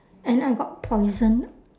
and I got poisoned